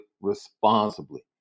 responsibly